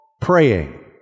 praying